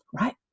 Right